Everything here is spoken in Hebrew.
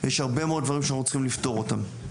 יש הרבה מאוד דברים שאנחנו צריכים לפתור אותם.